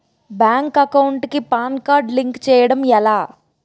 Bank account కి PAN card link చేయడం ఎలా?